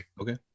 Okay